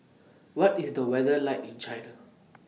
What IS The weather like in China